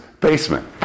basement